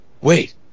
Wait